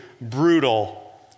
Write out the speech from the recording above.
brutal